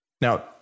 Now